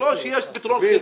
זה לא שיש פתרון חלקי.